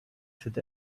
through